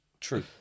true